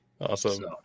Awesome